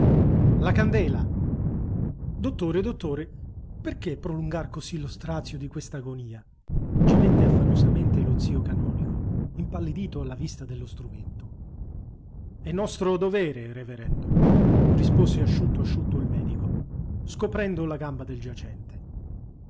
la candela dottore dottore perché prolungar così lo strazio di questa agonia gemette affannosamente lo zio canonico impallidito alla vista dello strumento è nostro dovere reverendo rispose asciutto asciutto il medico scoprendo la gamba del giacente